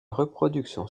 reproduction